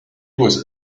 was